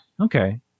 okay